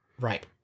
Right